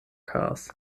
cars